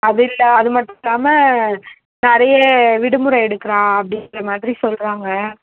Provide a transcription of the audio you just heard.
அது இல்லை அது மட்டும் இல்லாமல் நிறைய விடுமுறை எடுக்குறாள் அப்படிங்கிற மாதிரி சொல்கிறாங்க